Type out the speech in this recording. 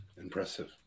impressive